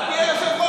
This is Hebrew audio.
אל תהיה יושב-ראש,